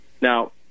Now